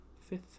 fifth